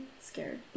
scared